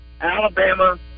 Alabama